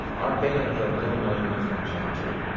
our band had blue-and-white uniforms on, too.